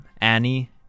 Annie